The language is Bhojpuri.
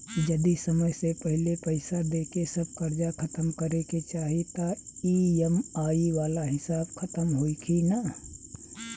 जदी समय से पहिले पईसा देके सब कर्जा खतम करे के चाही त ई.एम.आई वाला हिसाब खतम होइकी ना?